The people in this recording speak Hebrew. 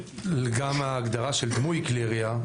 גם ההגדרה של דמוי כלי ירייה,